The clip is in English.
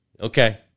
Okay